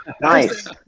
Nice